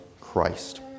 Christ